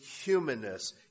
humanness